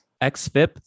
XFIP